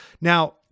now